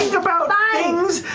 about like things.